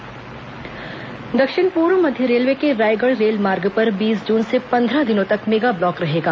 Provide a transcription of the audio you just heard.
train प्रभावित दक्षिण पूर्व मध्य रेलवे के रायगढ़ रेलमार्ग पर बीस जून से पंद्रह दिनों तक मेगा ब्लॉक रहेगा